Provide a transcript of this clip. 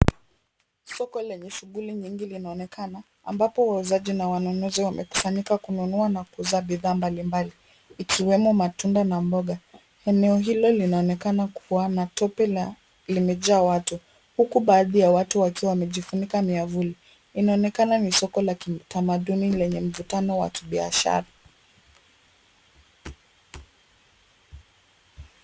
Soko lenye shughuli nyingi linaonekana ambapo wauzaji na wanunuzi wamekusanyika kununua na kuuza bidhaa mbalimbali ikiwemo matunda na mboga. Eneo hilo linaonekana kuwa na tope limejaa watu huku baadhi ya watu wakiwa wamejifunika miavuli. Inaonekana ni soko la kitamaduni lenye mvutano wa kibiashara.